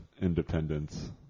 independence